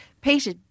Peter